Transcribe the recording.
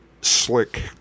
slick